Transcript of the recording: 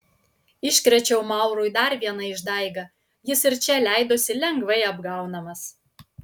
iškrėčiau maurui dar vieną išdaigą jis ir čia leidosi lengvai apgaunamas